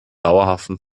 dauerhaften